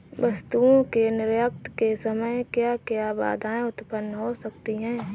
वस्तुओं के निर्यात के समय क्या क्या बाधाएं उत्पन्न हो सकती हैं?